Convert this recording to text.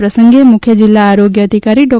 આ પ્રસંગે મુખ્ય જિલ્લા આરોગ્ય અધિકારી ડો